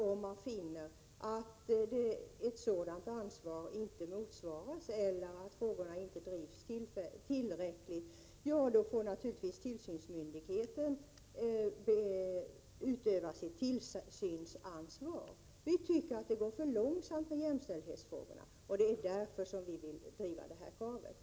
Om man finner att personen i fråga inte tar sitt ansvar eller att frågorna inte drivs tillräckligt får naturligtvis tillsynsmyndigheten utöva sitt tillsynsansvar. Vi tycker att det går för långsamt med jämställdhetsfrågorna. Det är därför som vi vill driva detta krav.